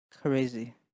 crazy